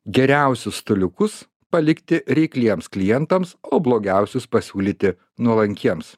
geriausius staliukus palikti reikliems klientams o blogiausius pasiūlyti nuolankiems